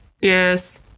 yes